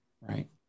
right